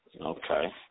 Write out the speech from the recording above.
Okay